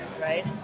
right